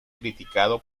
criticado